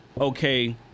Okay